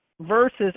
versus